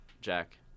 Jack